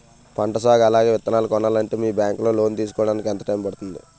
పంట సాగు అలాగే విత్తనాలు కొనాలి అంటే మీ బ్యాంక్ లో లోన్ తీసుకోడానికి ఎంత టైం పడుతుంది?